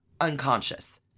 unconscious